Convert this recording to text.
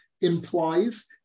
implies